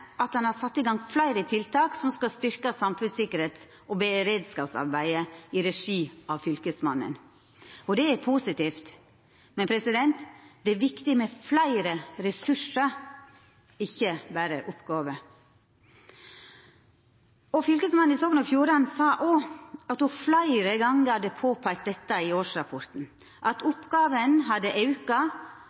at han har sett i gang fleire tiltak som skal styrkja samfunnstryggleiks- og beredskapsarbeidet i regi av Fylkesmannen. Det er positivt. Men det er viktig med fleire ressursar, ikkje berre fleire oppgåver. Fylkesmannen i Sogn og Fjordane sa òg at ho fleire gonger hadde påpeikt i årsrapporten at talet på oppgåver hadde auka,